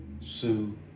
Sue